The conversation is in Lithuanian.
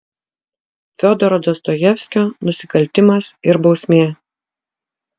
fiodoro dostojevskio nusikaltimas ir bausmė